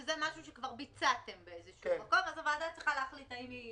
זה משהו שכבר ביצעתם והוועדה צריכה להחליט.